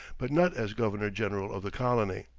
but not as governor-general of the colony.